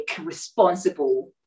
responsible